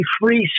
free